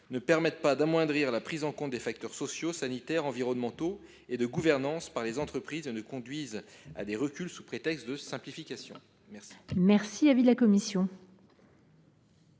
ne permettent pas d’amoindrir la prise en compte des facteurs sociaux, sanitaires, environnementaux et de gouvernance par les entreprises, ce qui conduirait à des reculs sous prétexte de simplification. Quel est l’avis de la commission